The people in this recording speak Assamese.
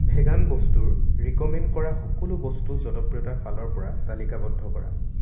ভেগান বস্তুৰ ৰিক'মেণ্ড কৰা সকলো বস্তু জনপ্ৰিয়তাৰ ফালৰ পৰা তালিকাবদ্ধ কৰা